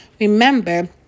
remember